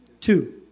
Two